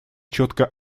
четко